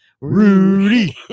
Rudy